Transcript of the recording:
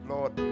Lord